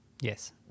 Yes